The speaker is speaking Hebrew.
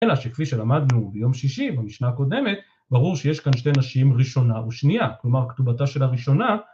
אלא שכפי שלמדנו ביום שישי במשנה הקודמת ברור שיש כאן שתי נשים ראשונה ושנייה, כלומר כתובתה של הראשונה